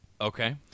Okay